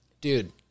Dude